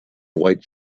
white